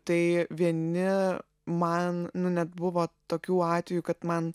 tai vieni man net buvo tokių atvejų kad man